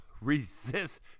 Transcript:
resist